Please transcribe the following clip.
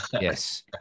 Yes